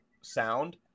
sound